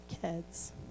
kids